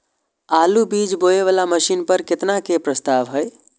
आलु बीज बोये वाला मशीन पर केतना के प्रस्ताव हय?